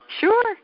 Sure